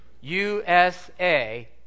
U-S-A